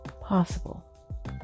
possible